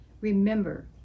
Remember